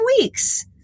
weeks